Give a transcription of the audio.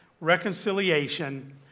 reconciliation